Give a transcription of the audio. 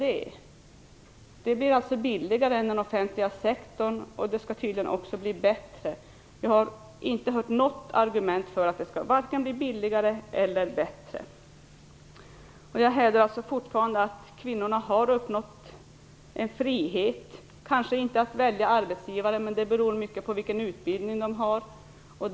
Det skulle alltså bli billigare än det blir inom den offentliga sektorn och det skulle tydligen också bli bättre. Men jag har inte hört något argument vare sig för att det blir billigare eller för att det blir bättre. Jag vidhåller alltså att kvinnorna har uppnått en frihet, kanske inte frihet att välja arbetsgivare - det beror på vilken utbildning kvinnorna har.